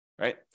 right